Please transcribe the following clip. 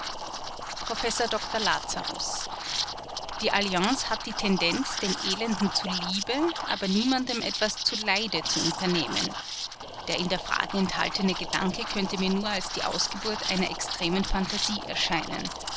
professor dr lazarus die alliance hat die tendenz den elenden zuliebe aber niemandem etwas zuleide zu unternehmen der in der frage enthaltene gedanke könnte mir nur als die ausgeburt einer extremen phantasie erscheinen